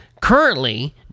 currently